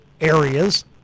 areas